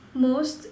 most